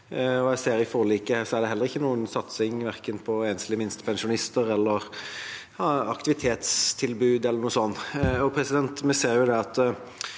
Jeg ser at i forliket er det heller ikke noen satsing verken på enslige minstepensjonister eller på aktivitetstilbud